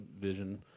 vision